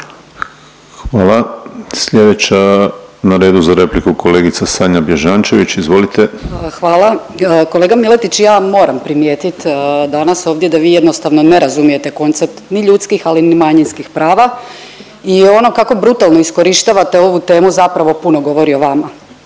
Hvala. Sljedeća na redu za repliku, kolegica Sanja Bježančević, izvolite. **Bježančević, Sanja (SDP)** Hvala. Kolega Miletić, ja moramo primijetiti danas ovdje da vi jednostavno ne razumijete koncept ni ljudskih, ali ni manjinskih prava i ono kako brutalno iskorištavate ovo temu zapravo puno govori o vama.